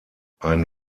ein